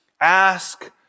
Ask